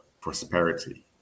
prosperity